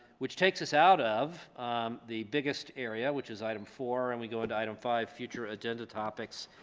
which takes us out of the biggest area which is item four and we go into item five future agenda topics